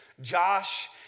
Josh